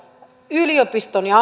yliopistojen ja